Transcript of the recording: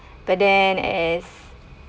but then as